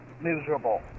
miserable